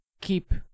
keep